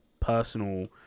personal